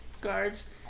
guards